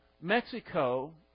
Mexico